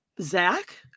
Zach